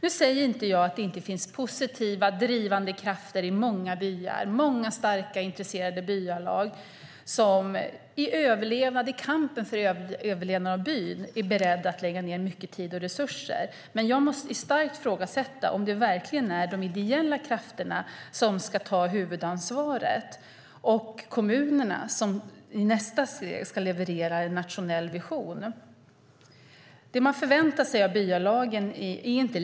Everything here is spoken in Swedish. Jag säger inte att det inte finns positiva, drivande krafter i många byar. Det finns många starka och intresserade byalag som i kampen för byns överlevnad är beredda att lägga ned mycket tid och resurser. Men jag måste starkt ifrågasätta om det verkligen är de ideella krafterna som ska ta huvudansvaret och kommunerna som i nästa steg ska leverera en nationell vision. Det är inte lite som man förväntar sig av byalagen.